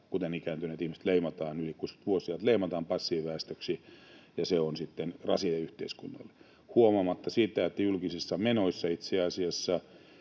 kuten ikääntyneet ihmiset, yli 65-vuotiaat leimataan passiiviväestöksi, ja se on sitten rasite yhteiskunnalle — huomaamatta sitä, että itse asiassa